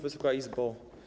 Wysoka Izbo!